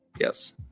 yes